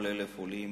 כל 1,000 עולים